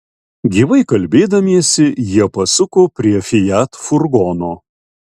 gyvai kalbėdamiesi jie pasuko prie fiat furgono